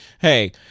hey